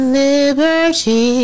liberty